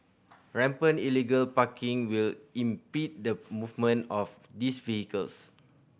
rampant illegal parking will impede the movement of these vehicles